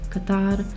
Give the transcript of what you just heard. Qatar